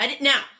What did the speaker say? Now